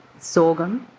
sorghum,